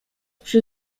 przy